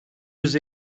yüz